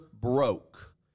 broke